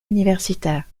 universitaires